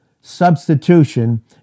substitution